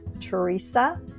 Teresa